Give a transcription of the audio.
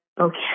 okay